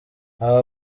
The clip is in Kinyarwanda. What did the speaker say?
aba